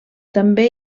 també